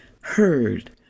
heard